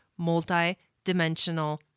multidimensional